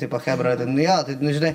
tipo chebra tai nu jo taip nu žinai